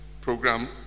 program